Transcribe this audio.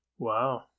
Wow